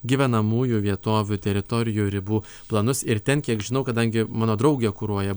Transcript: gyvenamųjų vietovių teritorijų ribų planus ir ten kiek žinau kadangi mano draugė kuruoja